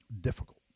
difficult